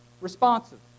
responsive